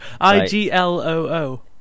I-G-L-O-O